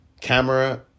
Camera